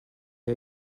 are